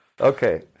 okay